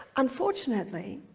unfortunately,